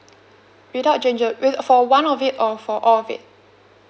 without ginger with for one of it or for all of it